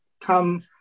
come